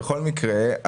בכל מקרה,